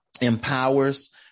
Empowers